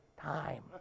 time